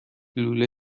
لوله